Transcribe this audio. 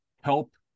help